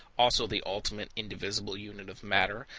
also the ultimate, indivisible unit of matter,